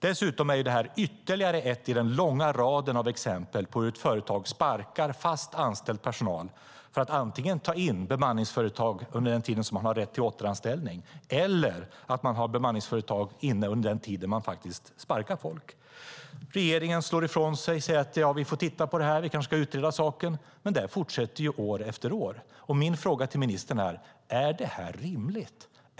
Dessutom är det här ytterligare ett i den långa raden av exempel på hur företag sparkar fast anställd personal för att antingen ta in bemanningsföretag under den tid som de har rätt till återanställning eller att man har bemanningsföretag inne under tiden som man faktiskt sparkar folk. Regeringen slår ifrån sig och säger: Ja, vi får titta på det här. Vi kanske ska utreda saken. Men det här fortsätter ju år efter år. Min fråga till ministern är: Är det här rimligt?